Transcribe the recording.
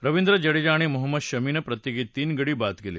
रविंद्र जडेजा आणि मोहम्मद शमीनं प्रत्येकी तीन गडी बाद केले